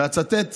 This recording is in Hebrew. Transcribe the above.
אצטט